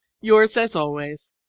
yours as always,